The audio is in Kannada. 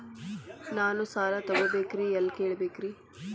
ನಾನು ಸಾಲ ತೊಗೋಬೇಕ್ರಿ ಎಲ್ಲ ಕೇಳಬೇಕ್ರಿ?